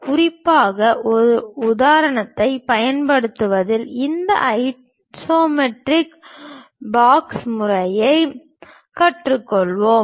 குறிப்பாக ஒரு உதாரணத்தைப் பயன்படுத்துவதில் இந்த ஐசோமெட்ரிக் பாக்ஸ் முறையைக் கற்றுக்கொள்வோம்